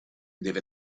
deve